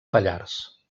pallars